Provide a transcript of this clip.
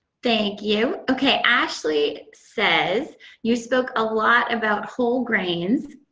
thank you. ok, ashley says you spoke a lot about whole grains,